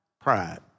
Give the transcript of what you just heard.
pride